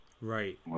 Right